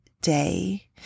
day